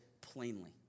plainly